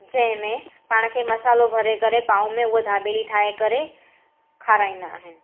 जंहिंमें पाण खे मसालो भरे करे पांव में हूअ ढाबेली ठाहे करे खाराईंदा आहिनि